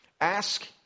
Ask